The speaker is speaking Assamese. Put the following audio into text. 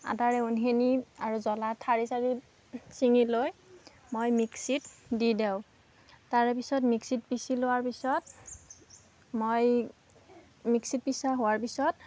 আদা ৰেহুনখিনি আৰু জলা ঠাৰি ছাৰি ছিঙি লৈ মই মিক্সিত দি দেওঁ তাৰে পিছত মিক্সিত পিছি লোৱাৰ পিছত মই মিক্সিত পিছা হোৱাৰ পিছত